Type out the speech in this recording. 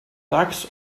ducks